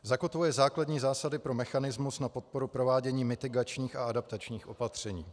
Zakotvuje základní zásady pro mechanismus na podporu provádění mitigačních a adaptačních opatření.